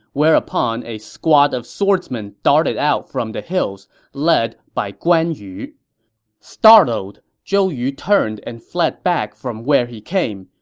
whereupon a squad of swordsmen darted out from the hills, led by guan yu startled, zhou yu turned and fled back from where he came.